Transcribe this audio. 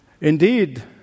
Indeed